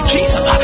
Jesus